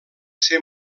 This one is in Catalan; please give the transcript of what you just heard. ser